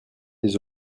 des